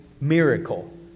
miracle